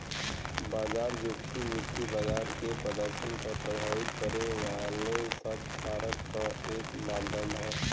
बाजार जोखिम वित्तीय बाजार के प्रदर्शन क प्रभावित करे वाले सब कारक क एक मापदण्ड हौ